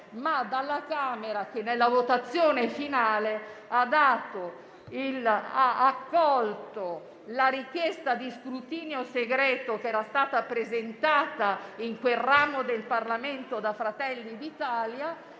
dalla Camera che, nella votazione finale, ha accolto la richiesta di scrutinio segreto, presentata in quel ramo del Parlamento da Fratelli d'Italia,